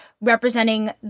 representing